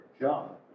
job